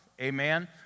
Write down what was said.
amen